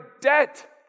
debt